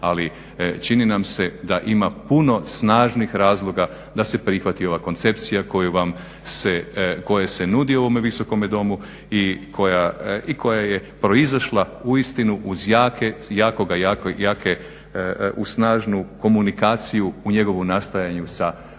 ali čini nam se da ima puno snažnih razloga da se prihvati ova koncepcija koje se nude u ovome Visokome domu i koja je proizašla uistinu uz jake, jake u snažnu komunikaciju u njegovu nastojanju sa hrvatskom